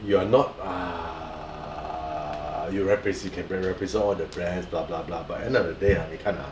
you are not uh you represent can represent all the brands blah blah blah but end of the day ah 你看 ah